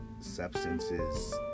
substances